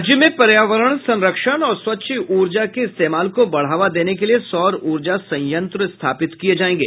राज्य में पर्यावरण संरक्षण और स्वच्छ ऊर्जा के इस्तेमाल को बढ़ावा देने के लिए सौर ऊर्जा संयंत्र स्थापित किये जायेंगे